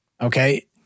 okay